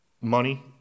money